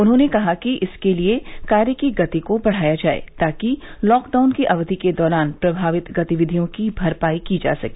उन्होंने कहा कि इसके लिए कार्य की गति को बढ़ाया जाए ताकि लॉकडाउन की अवधि के दौरान प्रभावित गतिविधियों की भरपाई की जा सके